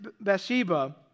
Bathsheba